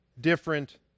different